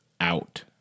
out